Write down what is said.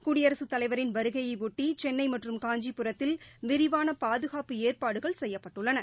குடியரசுத் தலைவரின் வருகையையொட்டிசென்னைமற்றும் காஞ்சிபுரத்தில் விரிவானபாதுகாப்பு ஏற்பாடுகள் செய்யப்பட்டுள்ளன